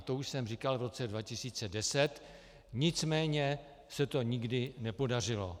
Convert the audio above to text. To už jsem říkal v roce 2010, nicméně se to nikdy nepodařilo.